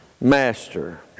Master